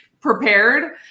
prepared